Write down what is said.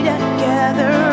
together